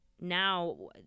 now